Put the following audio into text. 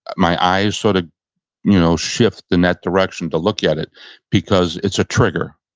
my eyes sort of you know shift in that direction to look at it because it's a trigger.